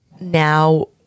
now